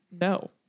no